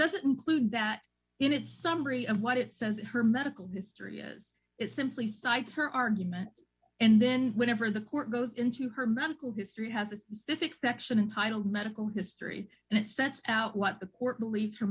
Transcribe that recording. doesn't include that in it summary of what it says in her medical history is it simply cites her argument and then whenever the court goes into her medical history has a specific section entitled medical history and it sets out what the court